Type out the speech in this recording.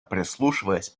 прислушиваясь